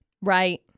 Right